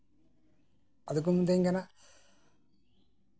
ᱟᱫᱚ ᱠᱚ ᱢᱤᱛᱟᱹᱧ ᱠᱟᱱᱟ